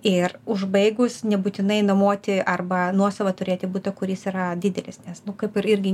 ir užbaigus nebūtinai nuomoti arba nuosavą turėti butą kuris yra didelis nes nu kaip ir irgi